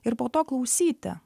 ir po to klausyti